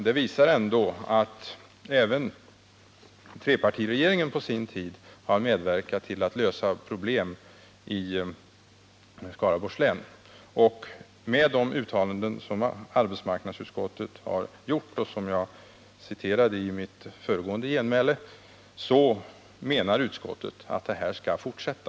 Det visar ändå att även trepartiregeringen på sin tid har medverkat till att lösa problemen i Skaraborgs län. Med de uttalanden som arbetsmarknadsutskottet har gjort och som jag citerade i mitt föregående genmäle menar utskottet att det här stödet skall fortsätta.